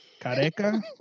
Careca